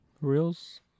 Reels